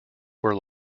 were